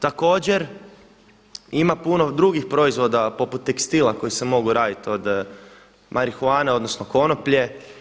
Također ima puno drugih proizvoda poput tekstila koji se mogu raditi od marihuane, odnosno konoplje.